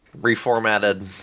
Reformatted